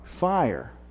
fire